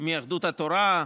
מיהדות התורה,